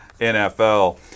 NFL